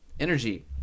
Energy